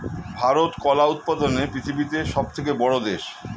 ভারত কলা উৎপাদনে পৃথিবীতে সবথেকে বড়ো দেশ